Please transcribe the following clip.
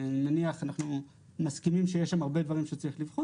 אנחנו מסכימים שיש שם הרבה דברים שצריך לבחון